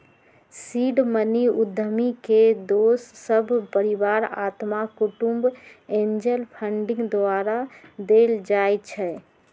seed money उद्यमी के दोस सभ, परिवार, अत्मा कुटूम्ब, एंजल फंडिंग द्वारा देल जाइ छइ